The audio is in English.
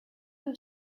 you